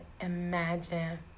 Imagine